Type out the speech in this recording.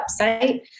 website